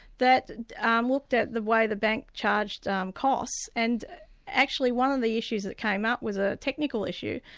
that um looked at the way the bank charged um costs, and actually one of the issues that came up was a technical issue.